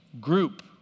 group